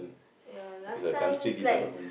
ya last time is like